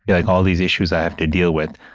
yeah like all these issues i have to deal with.